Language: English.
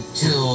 two